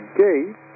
gate